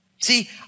See